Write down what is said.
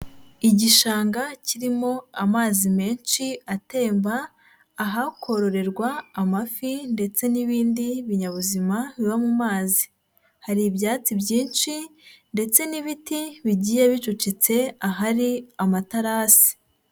Igishanga kirimo amazi menshi atemba, ahakororerwa amafi ndetse n'ibindi binyabuzima biba mu mazi. Hari ibyatsi byinshi ndetse n'ibiti bigiye bicucitse ahari amatarasi.